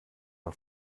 man